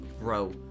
bro